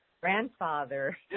grandfather